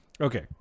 okay –